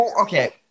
Okay